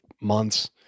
months